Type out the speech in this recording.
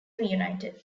reunited